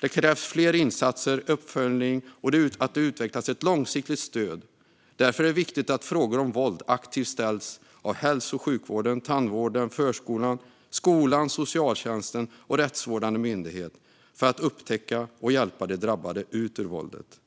Det krävs fler insatser och mer uppföljning och att det utvecklas ett långsiktigt stöd. Därför är det viktigt att frågor om våld aktivt ställs av hälso och sjukvård, tandvård, förskola, skola, socialtjänst och rättsvårdande myndigheter för att upptäcka och hjälpa de drabbade ut ur våldet.